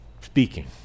speaking